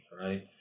right